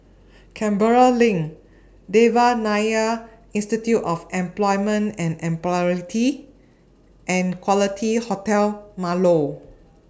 Canberra LINK Devan Nair Institute of Employment and Employability and Quality Hotel Marlow